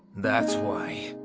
that's why,